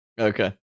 Okay